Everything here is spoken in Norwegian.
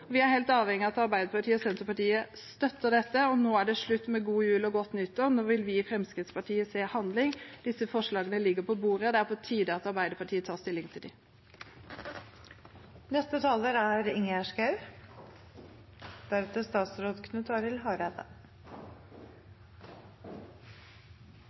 Vi er helt avhengige av at Arbeiderpartiet og Senterpartiet støtter dette. Nå er det slutt med god jul og godt nytt år; nå vil vi i Fremskrittspartiet se handling. Disse forslagene ligger på bordet, og det er på tide at Arbeiderpartiet tar stilling til dem. Jeg ser at debatten i dag er